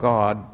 God